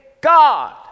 God